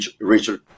Richard